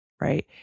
right